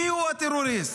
מיהו הטרוריסט?